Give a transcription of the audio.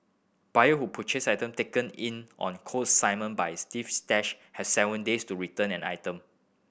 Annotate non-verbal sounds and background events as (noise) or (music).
buyer who purchase item taken in on consignment by (unintelligible) Stash has seven days to return an item